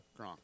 Gronk